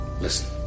Listen